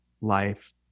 life